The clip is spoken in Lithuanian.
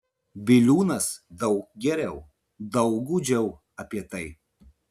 biliūnas daug geriau daug gūdžiau apie tai